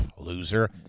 loser